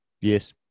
Yes